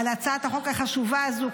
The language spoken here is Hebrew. על הצעת החוק החשובה הזו,